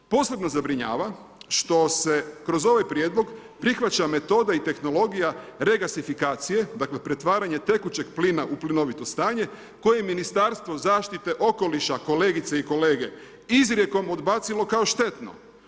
Posebno zabrinjava što se kroz ovaj prijedlog prihvaća metoda i tehnologa regasifikacije, dakle pretvaranje tekućeg plina u plinovito stanje, koje Ministarstvo zaštite okoliša, kolegice i kolege, izrijekom odbacilo kao štetno.